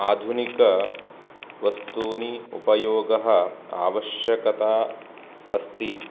आधुनिक वस्तूनि उपयोगः आवश्यकता अस्ति